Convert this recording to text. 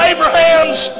Abrahams